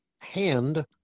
hand